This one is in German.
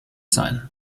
sein